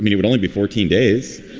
you would only be fourteen days